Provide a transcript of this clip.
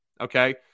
Okay